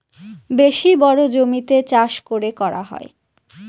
বেশি বড়ো জমিতে চাষ করে করা হয়